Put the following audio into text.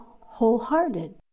wholehearted